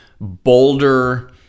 boulder